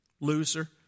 loser